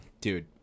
dude